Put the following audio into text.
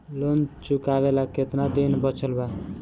Loan चुकावे ला कितना दिन बचल बा?